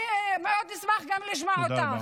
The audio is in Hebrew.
אני אשמח מאוד גם לשמוע אותך.